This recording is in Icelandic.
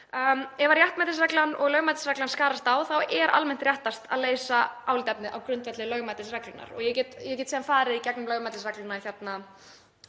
Ef réttmætisreglan og lögmætisreglan skarast þá er almennt réttast að leysa álitaefni á grundvelli lögmætisreglunnar. Ég get síðan farið í gegnum lögmætisregluna hérna